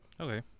Okay